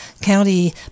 county